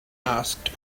asked